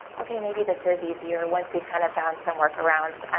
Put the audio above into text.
okay maybe this is easier, once we've kind of found some work arounds,